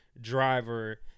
driver